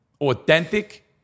authentic